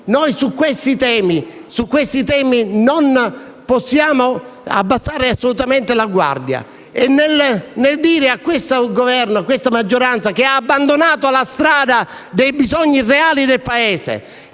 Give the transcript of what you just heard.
Su questi temi non possiamo abbassare assolutamente la guardia. Nel dire a questa Governo e a questa maggioranza che hanno abbandonato la strada dei bisogni reali del Paese,